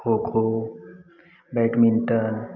खो खो बैटमिंटन